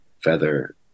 feather